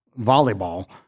volleyball